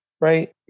right